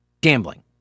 gambling